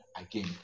again